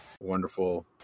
wonderful